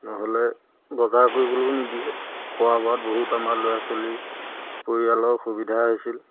নহ'লে বজাৰ কৰিবলৈও নিদিয়ে খোৱা বোৱাত বহুত আমাৰ ল'ৰা ছোৱালী পৰিয়ালৰ অসুবিধা হৈছিল